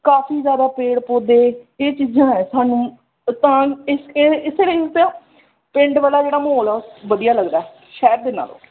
ਕਾਫੀ ਜ਼ਿਆਦਾ ਪੇੜ ਪੌਦੇ ਇਹ ਚੀਜ਼ਾਂ ਐਂ ਤੁਹਾਨੂੰ ਤਾਂ ਪਿੰਡ ਵਾਲਾ ਜਿਹੜਾ ਮਾਹੌਲ ਹੈ ਵਧੀਆ ਲੱਗਦਾ ਸ਼ਹਿਰ ਦੇ ਨਾਲੋਂ